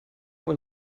when